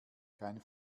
kein